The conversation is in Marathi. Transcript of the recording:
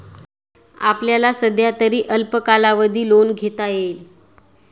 आपल्याला सध्यातरी अल्प कालावधी लोन घेता येईल